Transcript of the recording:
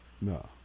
No